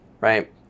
right